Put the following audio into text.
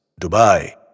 Dubai